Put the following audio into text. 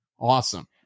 awesome